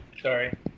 Sorry